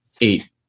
eight